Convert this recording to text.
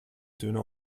döner